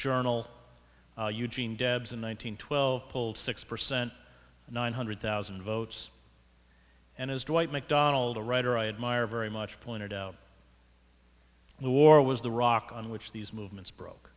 journal eugene debs in one nine hundred twelve pulled six percent nine hundred thousand votes and as dwight mcdonald a writer i admire very much pointed out the war was the rock on which these movements broke